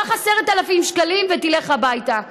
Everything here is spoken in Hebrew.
קח 10,000 שקלים ולך הביתה.